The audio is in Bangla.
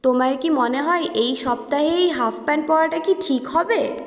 তোমার কি মনে হয় এই সপ্তাহে এই হাফ প্যান্ট পরাটা কি ঠিক হবে